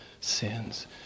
sins